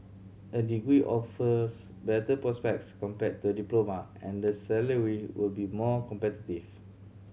a degree offers better prospects compared to diploma and the salary will be more competitive